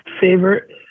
favorite